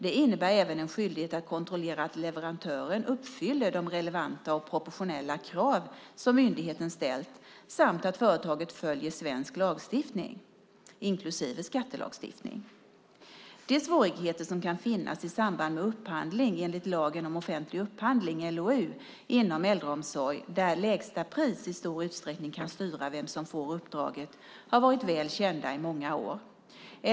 Det innebär även en skyldighet att kontrollera att leverantören uppfyller de relevanta och proportionella krav som myndigheten ställt samt att företaget följer svensk lagstiftning inklusive skattelagstiftningen. De svårigheter som kan finnas i samband med upphandling enligt lagen om offentlig upphandling, LOU, inom äldreomsorg där lägsta pris i stor utsträckning kan styra vem som får uppdraget, har varit väl kända i många år.